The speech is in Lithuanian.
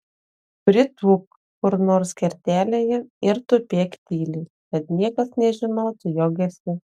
pritūpk kur nors kertelėje ir tupėk tyliai kad niekas nežinotų jog esi